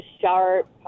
sharp